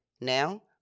Now